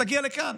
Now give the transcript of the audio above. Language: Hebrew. תגיע לכאן.